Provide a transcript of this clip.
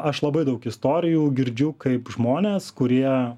aš labai daug istorijų girdžiu kaip žmonės kurie